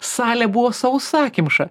salė buvo sausakimša